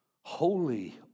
Holy